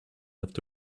left